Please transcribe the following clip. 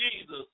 Jesus